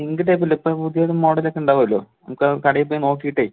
ink ടൈപ്പില്ലേ ഇപ്പം പുതിയതും മോഡലുമൊക്കെ ഉണ്ടാകുമല്ലൊ നമുക്ക് കടയിൽ പോയി നോക്കിയിട്ട്